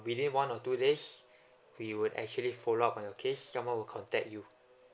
within one or two days we would actually follow up on your case someone will contact you